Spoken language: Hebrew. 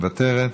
מוותרת,